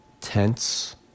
tense